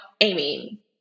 Amy